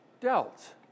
dealt